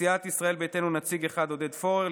לסיעת ישראל ביתנו נציג אחד: עודד פורר,